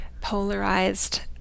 polarized